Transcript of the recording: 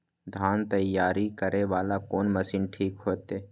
धान तैयारी करे वाला कोन मशीन ठीक होते?